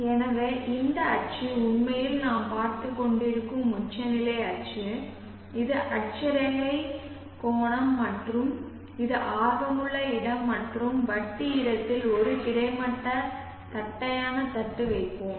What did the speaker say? எனவே இந்த அச்சு உண்மையில் நாம் பார்த்துக்கொண்டிருக்கும் உச்சநிலை அச்சு இது அட்சரேகை கோணம் மற்றும் இது ஆர்வமுள்ள இடம் மற்றும் வட்டி இடத்தில் ஒரு கிடைமட்ட தட்டையான தட்டு வைப்போம்